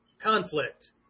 conflict